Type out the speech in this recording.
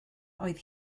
oedd